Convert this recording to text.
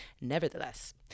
Nevertheless